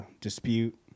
dispute